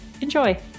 Enjoy